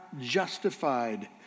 justified